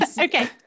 Okay